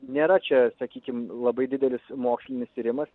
nėra čia sakykim labai didelis mokslinis tyrimas